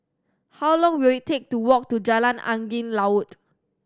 how long will it take to walk to Jalan Angin Laut